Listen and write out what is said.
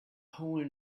whole